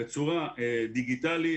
בצורה דיגיטלית,